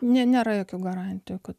nėra jokių garantijų kad